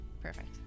Perfect